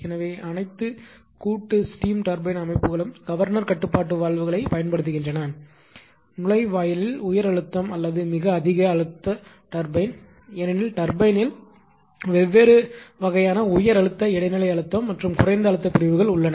எனவே அனைத்து கூட்டு ஸ்டீம் டர்பைன்அமைப்புகளும் கவர்னர் கட்டுப்பாட்டு வால்வுகளைப் பயன்படுத்துகின்றன நுழைவாயிலில் உயர் அழுத்தம் அல்லது மிக அதிக அழுத்த டர்பைன் ஏனெனில் டர்பைன்யில் வெவ்வேறு வகையான உயர் அழுத்த இடைநிலை அழுத்தம் மற்றும் குறைந்த அழுத்தப் பிரிவுகள் உள்ளன